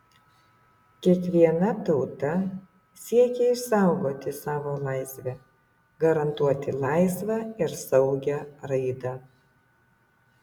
kiekviena tauta siekia išsaugoti savo laisvę garantuoti laisvą ir saugią raidą